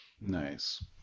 nice